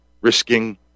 risking